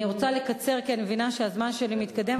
אני רוצה לקצר כי אני מבינה שהזמן שלי מתקדם,